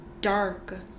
dark